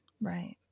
Right